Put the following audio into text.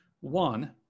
One